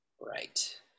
right